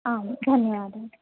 आम् धन्यवादः